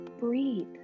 breathe